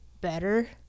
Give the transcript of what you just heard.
better